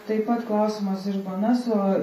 taip pat klausimas iš bnso